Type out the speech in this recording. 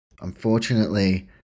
Unfortunately